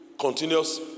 Continuous